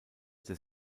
des